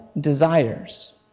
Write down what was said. desires